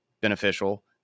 beneficial